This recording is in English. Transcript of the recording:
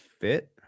fit